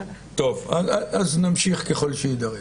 אז נמשיך ככל שיידרש.